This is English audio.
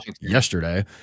yesterday